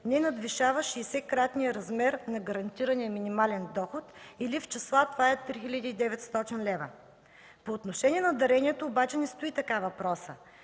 не надвишава 60 кратния размер на гарантирания минимален доход, или в числа това е 3900 лв. По отношение на даренията обаче не стои така въпросът,